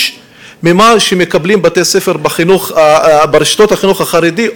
ממה שבתי-ספר ברשתות החינוך החרדי מקבלים,